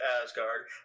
Asgard